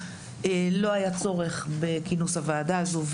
לא היה צורך בכינוס הוועדה הזאת,